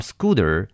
Scooter